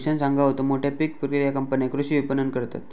भूषण सांगा होतो, मोठ्या पीक प्रक्रिया कंपन्या कृषी विपणन करतत